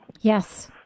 Yes